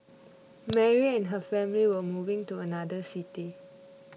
Mary and her family were moving to another city